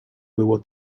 było